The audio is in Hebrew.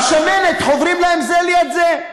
והשמנת חוברים להם זה לזה.